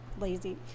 lazy